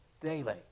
daily